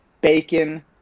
Bacon